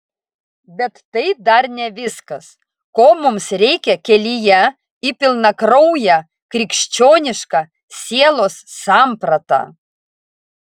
bet tai dar ne viskas ko mums reikia kelyje į pilnakrauję krikščionišką sielos sampratą